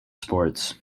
sports